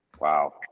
Wow